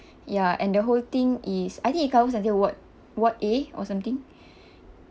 ya and the whole thing is I think it covers until ward ward A or something